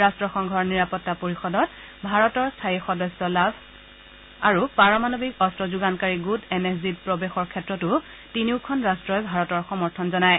ৰাট্টসংগৰ নিৰাপত্তা পৰিষদত ভাৰতৰ স্থায়ী সদস্য পদ লাভ আৰু পাৰমাণৱিক অন্ত্ৰ যোগানকাৰী গোট এন এছ জি প্ৰৱেশৰ ক্ষেত্ৰতো তিনিওখন ৰট্টই ভাৰতৰ সমৰ্থন জনায়